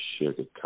sugarcoat